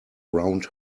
round